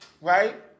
right